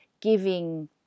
giving